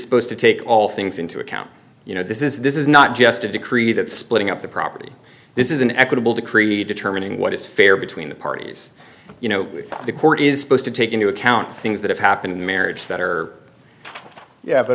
supposed to take all things into account you know this is this is not just a decree that splitting up the property this is an equitable decreed determining what is fair between the parties you know the court is supposed to take into account things that happen in the marriage that are yeah but